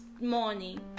morning